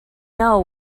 know